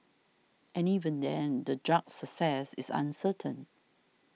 and even then the drug's success is uncertain